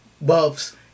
Buffs